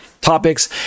topics